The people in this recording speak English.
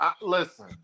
Listen